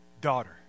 daughter